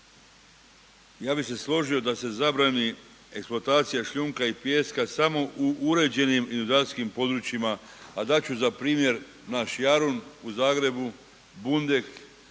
ja bi se složio da se zabrani eksploatacija šljunka i pijeska samo u uređenim inundacijskim područjima a dat ću za primjer naš Jarun u Zagrebu, Bundek